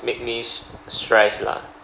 make me s~ stress lah